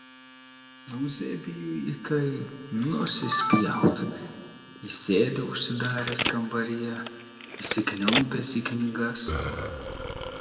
euzebijui į tai nusispjauti jis sėdi užsidaręs kambaryje įsikniaubęs į knygas